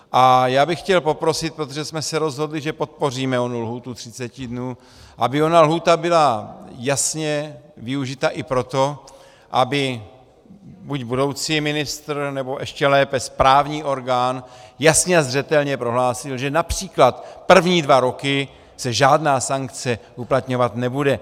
A já bych chtěl poprosit, protože jsme se rozhodli, že podpoříme onu lhůtu 30 dnů, aby ona lhůta byla jasně využita i pro to, aby buď budoucí ministr, nebo ještě lépe správní orgán jasně a zřetelně prohlásil, že například první dva roky se žádná sankce uplatňovat nebude.